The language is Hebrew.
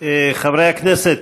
חברי הכנסת.